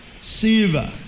silver